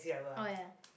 oh ya